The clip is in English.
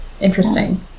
Interesting